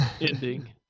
ending